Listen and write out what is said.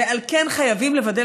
ועל כן חייבים לוודא.